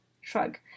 shrug